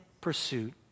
pursuit